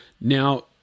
Now